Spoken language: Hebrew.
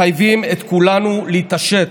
מחייבים את כולנו להתעשת.